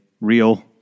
real